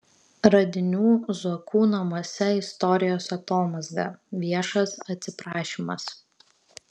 radinių zuokų namuose istorijos atomazga viešas atsiprašymas